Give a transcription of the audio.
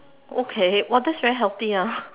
okay that's very healthy ah